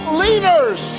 leaders